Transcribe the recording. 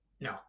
No